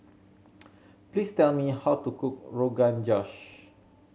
please tell me how to cook Rogan Josh